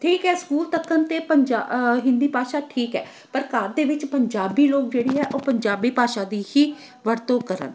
ਠੀਕ ਹੈ ਸਕੂਲ ਤੱਕ ਤਾਂ ਪੰਜਾ ਹਿੰਦੀ ਭਾਸ਼ਾ ਠੀਕ ਹੈ ਪਰ ਘਰ ਦੇ ਵਿੱਚ ਪੰਜਾਬੀ ਲੋਕ ਜਿਹੜੀ ਹੈ ਉਹ ਪੰਜਾਬੀ ਭਾਸ਼ਾ ਦੀ ਹੀ ਵਰਤੋਂ ਕਰਨ